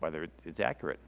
whether it is accurate